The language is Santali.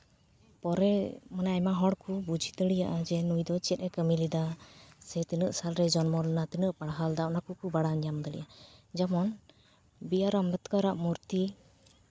ᱯᱚᱨᱮ ᱢᱟᱱᱮ ᱟᱭᱢᱟ ᱦᱚᱲ ᱠᱚ ᱵᱩᱡᱽ ᱫᱟᱲᱮᱭᱟᱜᱼᱟ ᱱᱩᱭ ᱫᱚ ᱪᱮᱫ ᱮ ᱠᱟᱹᱢᱤᱞᱮᱫᱟ ᱥᱮ ᱛᱤᱱᱟᱹᱜ ᱥᱟᱞᱨᱮ ᱡᱚᱱᱢᱚ ᱞᱮᱱᱟ ᱛᱤᱱᱟᱹᱜ ᱯᱟᱲᱦᱟᱣ ᱞᱮᱫᱟ ᱚᱱᱟ ᱠᱚᱠᱚ ᱵᱟᱲᱟᱭ ᱧᱟᱢ ᱫᱟᱲᱮᱭᱟᱜᱼᱟ ᱡᱮᱢᱚᱱ ᱵᱤ ᱟᱨ ᱟᱢᱵᱮᱫᱠᱚᱨ ᱟᱜ ᱢᱩᱨᱛᱤ